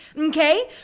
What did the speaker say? Okay